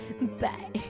Bye